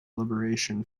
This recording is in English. liberation